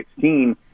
2016